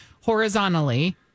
horizontally